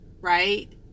right